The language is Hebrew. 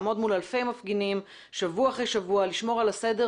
לעמוד מול אלפי מפגינים שבוע אחרי שבוע לשמור על הסדר,